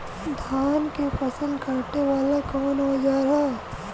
धान के फसल कांटे वाला कवन औजार ह?